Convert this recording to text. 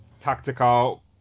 tactical